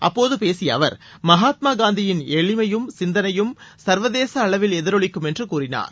அப்போது பேசிய அவர் மகாத்மாகாந்தியின் எளிமையும் சிந்தனையும் சர்வதேச அளவில் எதிரொலிக்குமென்று கூறினார்